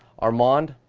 armand,